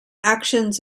actions